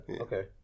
Okay